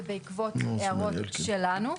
ובעקבות הערות שלנו.